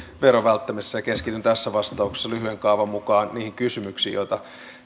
veron välttämisessä ja keskityn tässä vastauksessa lyhyen kaavan mukaan niihin kysymyksiin joita